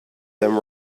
them